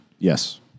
Yes